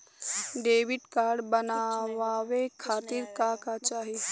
Debit card बनवावे खातिर का का चाही?